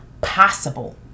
possible